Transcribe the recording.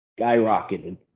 skyrocketed